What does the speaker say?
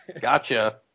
Gotcha